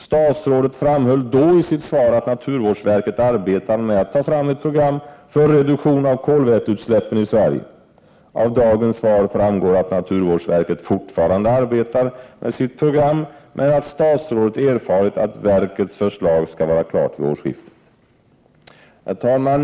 Statsrådet framhöll då i sitt svar att naturvårdsverket arbetade med att ta fram ett program för reduktion av kolväteutsläppen i Sverige. Av dagens svar framgår att naturvårdsverket fortfarande arbetar med sitt program, men att statsrådet erfarit att verkets förslag skall vara klart vid årsskiftet. Herr talman!